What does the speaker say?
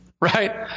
Right